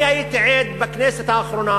אני הייתי עד בכנסת האחרונה